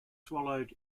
swallowed